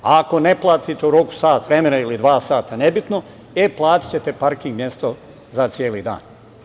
A ako ne platite u roku od sat vremena ili dva sata, nebitno, e, platićete parking mesto za celi dan.